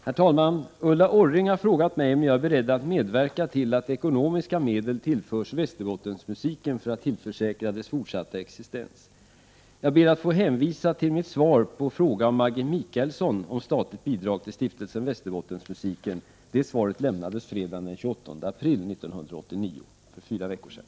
Herr talman! Ulla Orring har frågat mig om jag är beredd att medverka till att ekonomiska medel tillförs Västerbottensmusiken för att tillförsäkra dess fortsatta existens. Jag ber att få hänvisa till mitt svar på fråga av Maggi Mikaelsson om statligt bidrag till Stiftelsen Västerbottensmusiken. Det svaret lämnades fredagen den 28 april 1989 — för fyra veckor sedan.